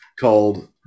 called